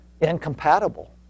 incompatible